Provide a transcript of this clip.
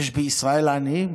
יש בישראל עניים?